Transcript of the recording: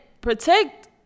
protect